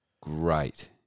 great